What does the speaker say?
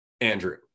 Andrew